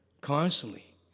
constantly